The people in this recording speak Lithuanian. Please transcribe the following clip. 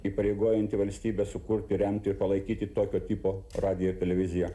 įpareigojanti valstybę sukurti remti ir palaikyti tokio tipo radiją ir televiziją